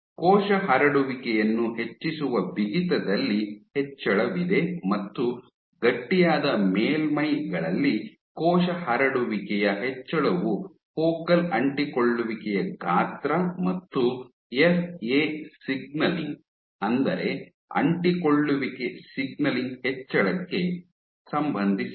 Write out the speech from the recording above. ಕೋಶ ಹರಡುವಿಕೆಯನ್ನು ಹೆಚ್ಚಿಸುವ ಬಿಗಿತದಲ್ಲಿ ಹೆಚ್ಚಳವಿದೆ ಮತ್ತು ಗಟ್ಟಿಯಾದ ಮೇಲ್ಮೈಗಳಲ್ಲಿ ಕೋಶ ಹರಡುವಿಕೆಯ ಹೆಚ್ಚಳವು ಫೋಕಲ್ ಅಂಟಿಕೊಳ್ಳುವಿಕೆಯ ಗಾತ್ರ ಮತ್ತು ಎಫ್ಎ ಸಿಗ್ನಲಿಂಗ್ ಅಂದರೆ ಅಂಟಿಕೊಳ್ಳುವಿಕೆ ಸಿಗ್ನಲಿಂಗ್ ಹೆಚ್ಚಳಕ್ಕೆ ಸಂಬಂಧಿಸಿದೆ